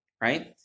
right